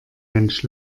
mensch